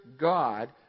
God